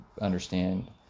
understand